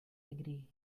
agree